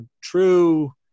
true